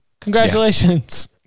Congratulations